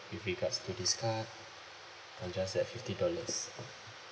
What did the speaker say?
with regards to this card not just that fifty dollars